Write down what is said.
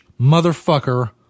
motherfucker